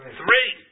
three